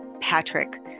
patrick